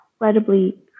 incredibly